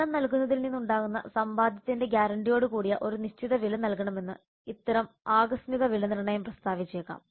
സേവനം നൽകുന്നതിൽ നിന്ന് ഉണ്ടാകുന്ന സമ്പാദ്യത്തിന്റെ ഗ്യാരണ്ടിയോടു കൂടിയ ഒരു നിശ്ചിത വില നൽകണമെന്ന് അത്തരം ആകസ്മിക വിലനിർണ്ണയം പ്രസ്താവിച്ചേക്കാം